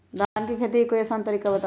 धान के खेती के कोई आसान तरिका बताउ?